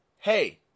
hey